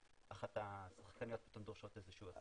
אחת השחקניות פתאום דורשות איזה שהוא החזר.